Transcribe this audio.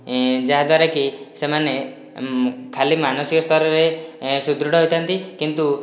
ଯାହାଦ୍ୱାରା କି ସେମାନେ ଖାଲି ମାନସିକ ସ୍ଥରରେ ସୁଦୃଢ଼ ହୋଇଥାଆନ୍ତି କିନ୍ତୁ